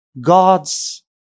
God's